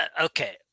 okay